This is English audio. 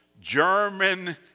German